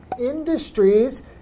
industries